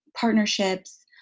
partnerships